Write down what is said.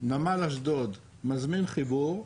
נמל אשדוד מזמין חיבור,